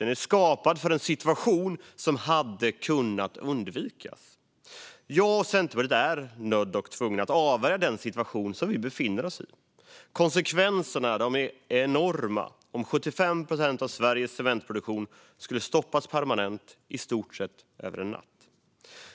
Den är skapad för en situation som hade kunnat undvikas. Jag och Centerpartiet är nödda och tvungna att avvärja den situation som vi befinner oss i. Konsekvenserna är enorma om 75 procent av Sveriges cementproduktion skulle stoppas permanent i stort sett över en natt.